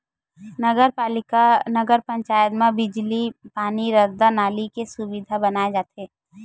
नगर पालिका, नगर पंचायत म बिजली, पानी, रद्दा, नाली के सुबिधा बनाए जाथे